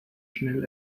schnell